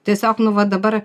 tiesiog nu va dabar